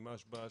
משב"ש